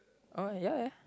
alright ya ya